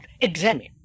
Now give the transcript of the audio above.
examine